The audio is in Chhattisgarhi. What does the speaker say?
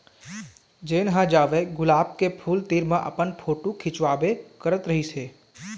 जेन ह जावय गुलाब के फूल तीर म अपन फोटू खिंचवाबे करत रहिस हे